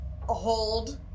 hold